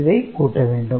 இதைக் கூட்ட வேண்டும்